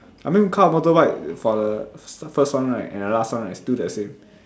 I mean car or motorbike for the first one right and the last one right still the same